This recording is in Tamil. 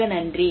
மிக்க நன்றி